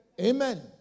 Amen